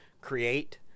create